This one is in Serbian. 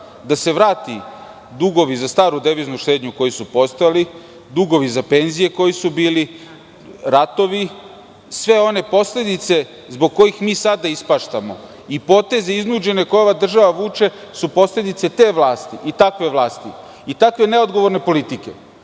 da se vrate dugovi za staru deviznu štednju koji su postojali, dugovi za penzije koji su bili, ratovi i sve one posledice zbog kojih sada ispaštamo? Iznuđeni potezi koje ova država vuče su posledica te vlasti i takve neodgovorne politike. Ako